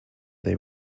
they